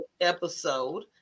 episode